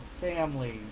family